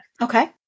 Okay